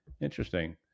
interesting